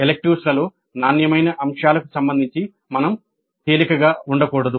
Electives లలో నాణ్యమైన అంశాలకు సంబంధించి మనం తేలికగా ఉండకూడదు